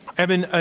eben, ah